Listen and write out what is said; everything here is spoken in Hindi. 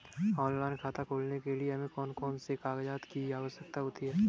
ऑनलाइन खाता खोलने के लिए हमें कौन कौन से कागजात की आवश्यकता होती है?